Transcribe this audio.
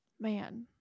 Man